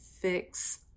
fix